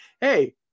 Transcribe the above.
hey